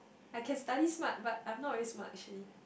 I can study smart but I'm not really smart actually